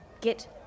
get